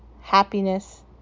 happiness